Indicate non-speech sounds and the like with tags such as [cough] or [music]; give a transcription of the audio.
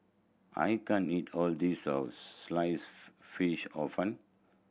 I can't eat all this [unintelligible] Sliced Fish Hor Fun